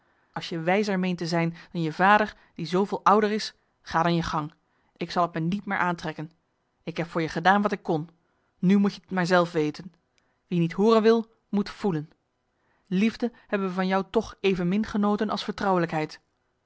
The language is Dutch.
als je wijzer meent te zijn dan je vader die zooveel ouder is ga dan je gang ik zal t me niet meer aantrekken ik heb voor je gedaan wat ik kon nu moet je t maar zelf weten wie niet hooren wil moet voelen liefde hebben we van jou toch evenmin genoten als vertrouwelijkheid